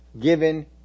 given